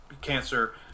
cancer